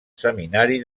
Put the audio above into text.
seminari